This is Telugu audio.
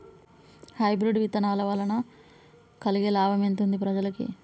హైబ్రిడ్ విత్తనాల వలన కలిగే లాభం ఎంతుంది ప్రజలకి?